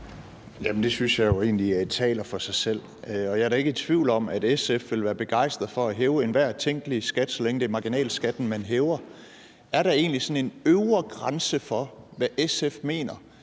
Jamen det synes jeg jo egentlig taler for sig selv, og jeg er da ikke i tvivl om, at SF vil være begejstret for at hæve enhver tænkelig skat, så længe det er marginalskatten, man hæver. Er der egentlig sådan en øvre grænse for, hvad SF mener